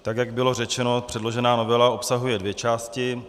Tak jak bylo řečeno, předložená novela obsahuje dvě části.